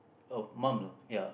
oh mum you know ya